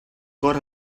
cor